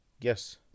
Yes